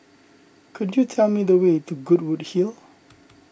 could you tell me the way to Goodwood Hill